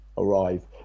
arrive